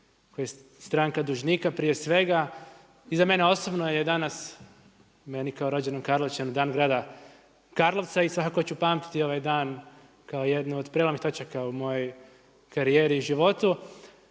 se, tj. stranka dužnika prije svega. I za mene osobno je danas, meni kao rođenom Karlovčanu, dan grada Karlovca i svakako ću pamtiti ovaj dan kao jednu od prijelom točaka u mojoj karijeri i životu.